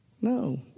No